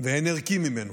ואין ערכי ממנו.